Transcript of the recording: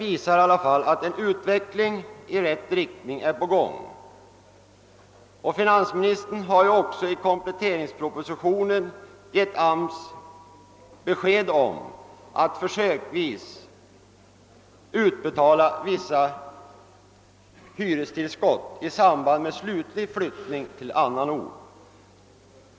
I alla fall är en utveckling i rätt riktning på gång, och finansministern har också i kompletteringspropositionen gett arbetsmarknadsstyrelsen besked om att försöksvis utbetala vissa hyrestillskott i samband med slutlig utflyttning till annan ort.